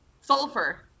Sulfur